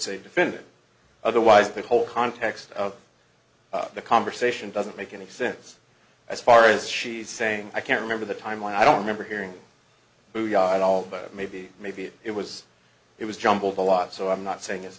say defend it otherwise the whole context of the conversation doesn't make any sense as far as she's saying i can't remember the timeline i don't remember hearing hujan at all but maybe maybe it was it was jumbled a lot so i'm not saying it's